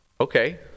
Okay